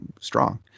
strong